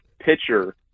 pitcher